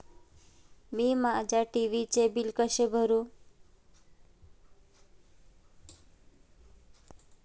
मी माझ्या टी.व्ही चे बिल कसे भरू?